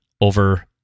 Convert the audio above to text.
over